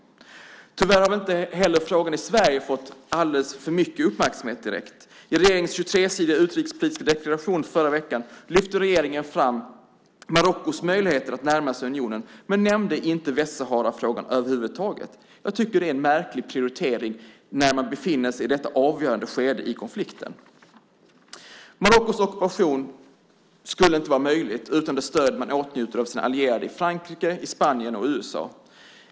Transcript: Tyvärr har frågan inte heller i Sverige fått alltför mycket uppmärksamhet. I regeringens 23-sidiga utrikespolitiska deklaration förra veckan lyfte regeringen fram Marockos möjligheter att närma sig unionen, men nämnde inte Västsaharafrågan över huvud taget. Jag tycker att det är en märklig prioritering när man befinner sig i detta avgörande skede i konflikten. Marockos ockupation skulle inte vara möjlig utan det stöd man åtnjuter av sina allierade i Frankrike, Spanien och USA.